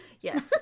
Yes